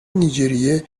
نیجریه